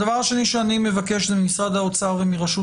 דבר נוסף שאני מבקש ממשרד האוצר ומרשות